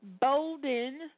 Bolden